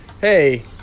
hey